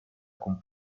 con